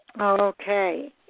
Okay